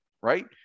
right